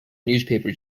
newspaper